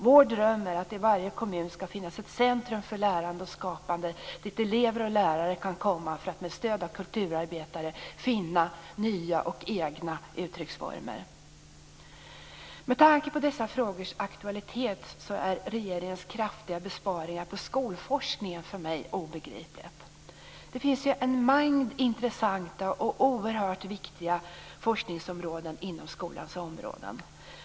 Vår dröm är att det i varje kommun skall finnas ett centrum för lärande och skapande dit elever och lärare kan komma för att med stöd av kulturarbetare finna nya och egna uttrycksformer. Med tanke på dessa frågors aktualitet är regeringens kraftiga besparingar på skolforskningen för mig obegripliga. Det finns en mängd intressanta och oerhört viktiga forskningsområden inom skolans område.